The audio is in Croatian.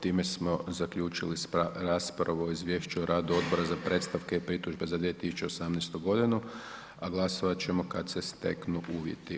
Time smo zaključili raspravu o Izvješću o radu Odbora za predstavke i pritužbe za 2018. g. a glasovat ćemo kad se steknu uvjeti.